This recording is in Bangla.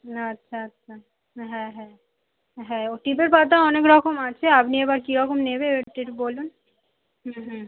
আচ্ছা আচ্ছা হ্যাঁ হ্যাঁ হ্যাঁ ও টিপের পাতা অনেক রকম আছে আপনি এবার কী রকম নেবে ওটা একটু বলুন হুম হুম